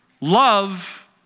love